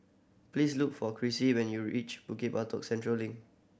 please look for Crissie when you reach Bukit Batok Central Link